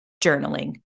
journaling